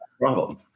problem